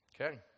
Okay